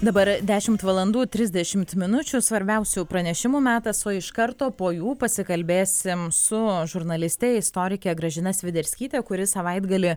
dabar dešimt valandų trisdešimt minučių svarbiausių pranešimų metas o iš karto po jų pasikalbėsim su žurnaliste istorikė gražina sviderskytė kuri savaitgalį